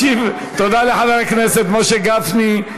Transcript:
תודה לחבר הכנסת משה גפני,